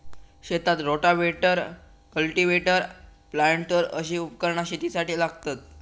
शेतात rotavator, cultivator, planter अशी उपकरणा शेतीसाठी लागतत